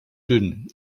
dünn